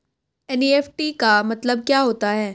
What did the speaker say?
NEFT का मतलब क्या होता है?